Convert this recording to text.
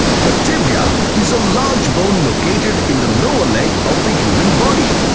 the tibia is a large bone located in the lower leg of the human body.